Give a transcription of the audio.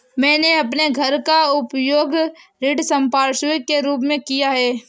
मैंने अपने घर का उपयोग ऋण संपार्श्विक के रूप में किया है